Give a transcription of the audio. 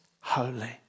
holy